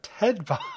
Tedbox